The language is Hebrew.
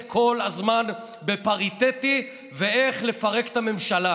כל הזמן בפריטטי ואיך לפרק את הממשלה.